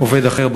עובד אחר,